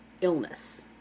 illness